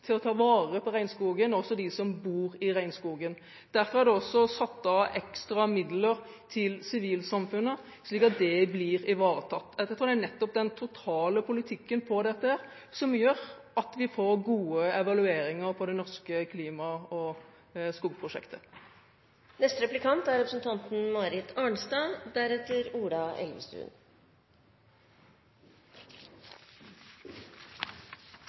til å ta vare på regnskogen, også er de som bor i regnskogen. Derfor er det satt ev ekstra midler til sivilsamfunnet, slik at det blir ivaretatt. Jeg tror at det er nettopp den totale politikken på dette området som gjør at vi får gode evalueringer på det norske klima- og